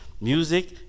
music